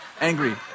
Angry